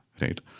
right